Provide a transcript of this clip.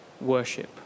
worship